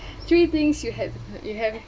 three things you have you have